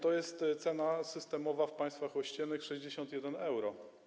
To jest cena systemowa w państwach ościennych - 61 euro.